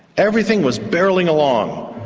everything was barrelling along.